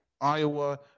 Iowa